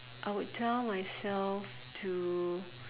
I would tell myself to